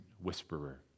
whisperer